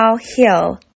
Hill